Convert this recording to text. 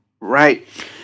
Right